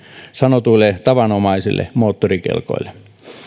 sanotuille tavanomaisille moottorikelkoille